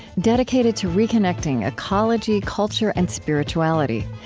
dedicated to reconnecting ecology, culture, and spirituality.